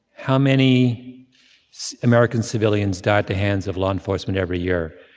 how many american civilians die at the hands of law enforcement every year?